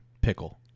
pickle